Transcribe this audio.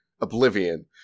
Oblivion